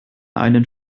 einen